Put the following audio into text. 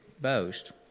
boast